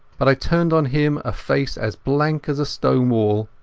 but i turned on him a face as blank as a stone wall.